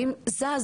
ואם זז,